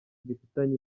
bifitanye